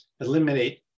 eliminate